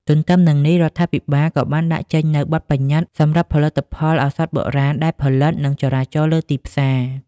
ទទ្ទឹមនឹងនេះ រដ្ឋាភិបាលក៏បានដាក់ចេញនូវបទប្បញ្ញត្តិសម្រាប់ផលិតផលឱសថបុរាណដែលផលិត និងចរាចរណ៍លើទីផ្សារ។